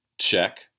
check